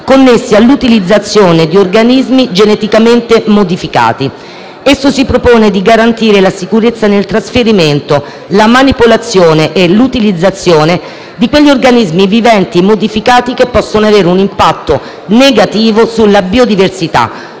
connessi all'utilizzazione di organismi geneticamente modificati. Esso si propone di garantire la sicurezza nel trasferimento, nella manipolazione e nell'utilizzazione di quegli organismi viventi modificati che possono avere un impatto negativo sulla biodiversità,